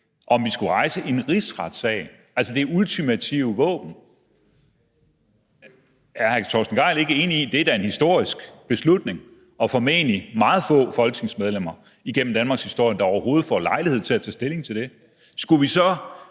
om vi skulle rejse en rigsretssag og altså bruge det ultimative våben. Er hr. Torsten Gejl ikke enig i, at det da er en historisk beslutning, og at det formentlig er meget få folketingsmedlemmer gennem danmarkshistorien, der overhovedet får lejlighed til at tage stilling til det? Skulle vi så